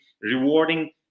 rewarding